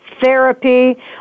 Therapy